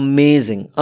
Amazing